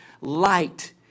light